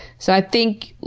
so, i think,